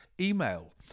email